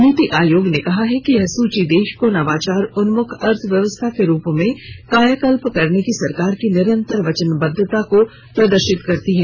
नीति आयोग ने कहा है कि यह सूची देश को नवाचार उन्मुख अर्थव्यवस्था के रूप में कायाकल्प करने की सरकार की निरन्तर वचनबद्वता को प्रदर्शित करती है